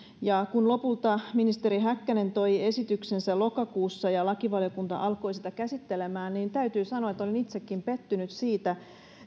kun lopulta ministeri häkkänen toi esityksensä lokakuussa ja lakivaliokunta alkoi sitä käsittelemään niin täytyy sanoa että olin itsekin pettynyt siitä